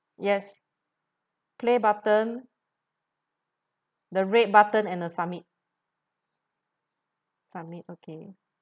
yes play button the red button and the submit submit okay